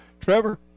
Trevor